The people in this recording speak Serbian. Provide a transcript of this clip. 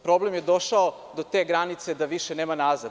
Problem je došao do te granice da više nema nazad.